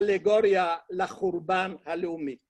אלגוריה לחורבן הלאומי